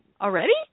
Already